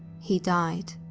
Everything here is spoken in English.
he died.